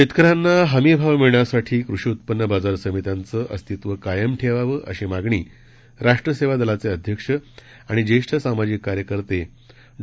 शेतकऱ्यांना हमी भाव मिळण्यासाठी कृषी उत्पन्न बाजार समित्यांचं अस्तित्व कायम ठेवावं अशी मागणी राष्ट्र सेवा दलाचे अध्यक्ष आणि जेष्ठ सामाजिक कार्यकर्ते डॉ